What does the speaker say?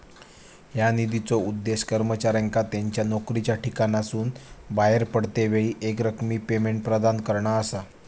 ह्या निधीचो उद्देश कर्मचाऱ्यांका त्यांच्या नोकरीच्या ठिकाणासून बाहेर पडतेवेळी एकरकमी पेमेंट प्रदान करणा असा